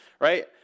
Right